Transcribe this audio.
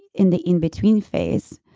in in the in between phase.